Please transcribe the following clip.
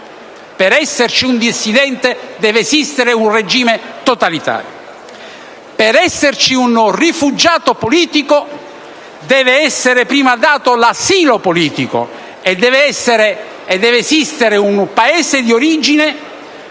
Per esserci un dissidente, deve esistere un regime totalitario. Per esserci un rifugiato politico, deve essere prima dato l'asilo politico e deve esistere un Paese di origine